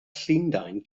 llundain